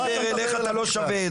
לא מדבר אליך, אתה לא שווה את זה.